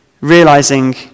realizing